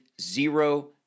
zero